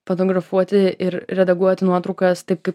fotografuoti ir redaguoti nuotraukas taip kaip